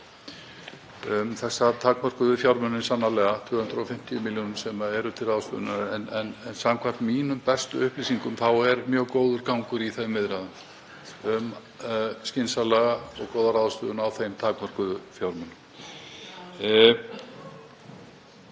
þessa takmörkuðu fjármuni, sannarlega, 250 milljónir, sem eru til ráðstöfunar, að samkvæmt mínum bestu upplýsingum er mjög góður gangur í þeim viðræðum um skynsamlega og góða ráðstöfun á þeim takmörkuðu fjármunum.